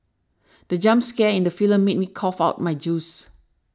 the jump scare in the film made me cough out my juice